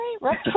right